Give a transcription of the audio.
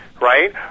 right